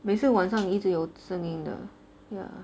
每次晚上一直有声音的 ya